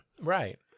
Right